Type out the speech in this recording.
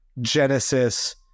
Genesis